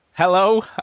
Hello